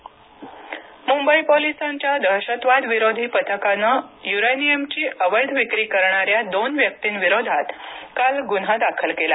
uranium जप्ती मुंबई पोलिसांच्या दहशतवादविरोधी पथकानं युरेनिअमची अवैध विक्री करणाऱ्या दोन व्कींविरोधात काल गुन्हा दाखल केला